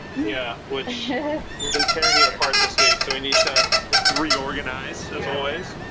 yeah, which we've been tearing it apart this week so we need to reorganize as always.